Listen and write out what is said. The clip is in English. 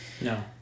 No